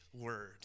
word